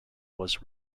was